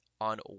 on